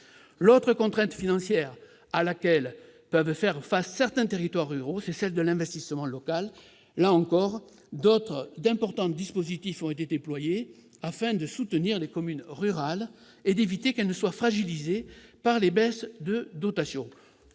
L'autre contrainte financière à laquelle peuvent faire face certains territoires ruraux est celle de l'investissement local. Là encore, d'importants dispositifs ont été déployés afin de soutenir les communes rurales et d'éviter qu'elles ne soient fragilisées par les baisses de dotations.